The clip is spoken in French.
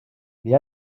mais